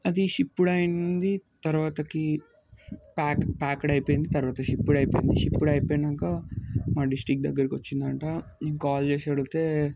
అది షిప్ కూడా అయ్యింది తర్వాతకి ప్యాక్ ప్యాక్డ్ అయిపోయింది తర్వాత షిప్ కూడా అయిపోయింది షిప్ కూడా అయిపోయినాక మా డిస్టిక్ దగ్గరికి వచ్చిందంట మేము కాల్ చేసి అడిగితే